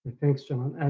thanks john,